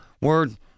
word